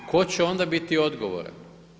Tko će ona biti odgovoran?